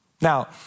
Now